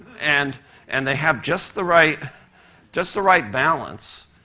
and and they have just the right just the right balance.